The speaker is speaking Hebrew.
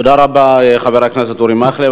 תודה רבה לחבר הכנסת אורי מקלב.